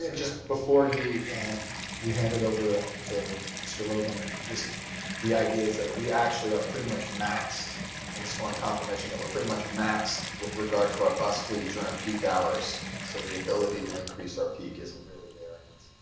and just before we hand it over to mr. logan, the idea is that we actually are pretty much maxed i just want confirmation that we're pretty much maxed with regard to our bus fleet during peak hours. and so the ability to increase our peak isn't really there. and